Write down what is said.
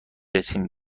رسیم